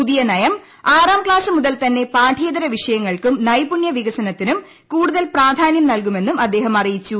പുതിയ നയം ആറാം ക്ലാസ്സ് മുതൽ തന്നെ പാഠ്യേതര വിഷയങ്ങൾക്കും നൈപുണ്യ വികസനത്തിനും കൂടുതൽ പ്രാധാന്യം നൽകുമെന്നും അദ്ദേഹം അറിയിച്ചു